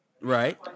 Right